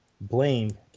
Blame